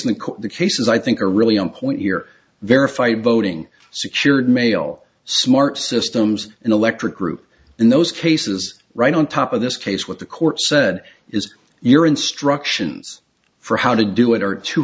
and the cases i think are really on point here verified voting secured male smart systems and electric group in those cases right on top of this case what the court said is your instructions for how to do it are too